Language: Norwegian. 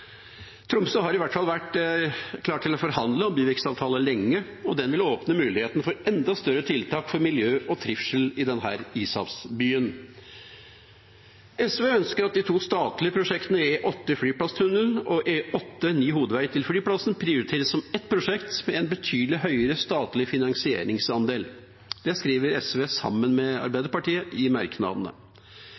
Tromsø har i hvert fall vært klar til å forhandle om byvekstavtaler lenge, og den vil åpne muligheten for enda større tiltak for miljø og trivsel i denne ishavsbyen. SV ønsker at de to statlige prosjektene, E8 Flyplasstunnelen og E8 ny hovedvei til flyplassen, prioriteres som ett prosjekt med en betydelig høyere statlig finansieringsandel. Det skriver SV sammen med Arbeiderpartiet i merknadene.